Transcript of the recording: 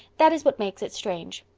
that is what makes it strange.